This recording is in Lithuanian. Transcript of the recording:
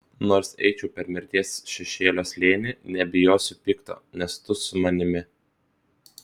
nors eičiau per mirties šešėlio slėnį nebijosiu pikto nes tu su manimi